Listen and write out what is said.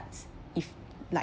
if like